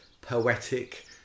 poetic